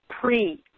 pre